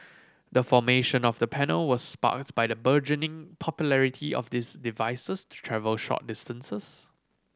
the formation of the panel was sparked by the burgeoning popularity of these devices to travel short distances